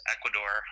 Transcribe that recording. Ecuador